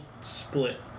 split